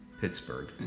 Pittsburgh